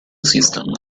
system